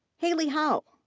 hailey howe.